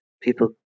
people